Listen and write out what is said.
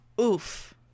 oof